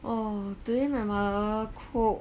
oh today my mother cook